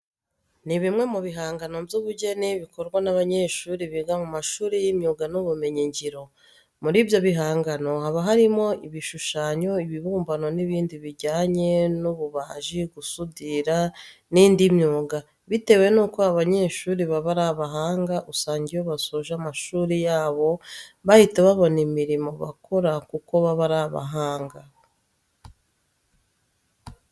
Ni bimwe mu bihangano by'ubugeni bikorwa n'abanyeshuri biga mu mashuri y'imyuga n'ibumenyingiro. Muri ibyo bihangano haba harimo ibishushanyo, ibibumbano n'ibindi bijyanye n'ububaji, gusudira n'indi myuga. Bitewe nuko aba banyeshuri baba ari abahanga usanga iyo basoje amashuri yabo bahita babona imirimo bakora kuko baba ari abahanga.